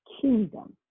kingdom